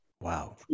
Wow